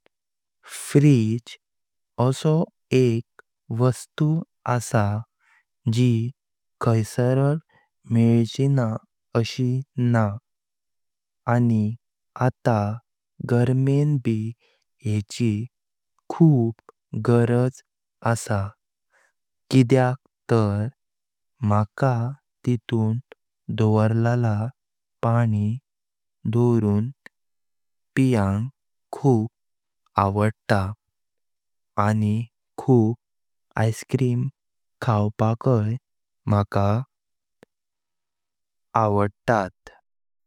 फ्रिज्डे आसो एक वस्तो आसा जी खाइसारात मेलचीन आशि न्हां। आनी आता गार्मेंट ब येची खुब गराज आसा किद्याक तार मका तेतुं दवोर्लाला पानी दवोरूं पिवंग खुब आवडत आनी खुब आइसक्रीम खावपाकाई मका आवदतात।